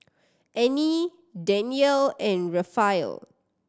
Annie Danyell and Raphael